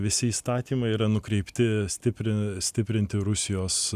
visi įstatymai yra nukreipti stiprin stiprinti rusijos